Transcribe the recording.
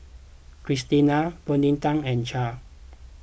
Kristina Vonetta and Cher